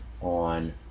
on